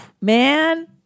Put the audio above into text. Man